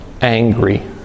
angry